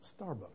Starbucks